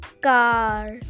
car